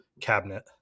cabinet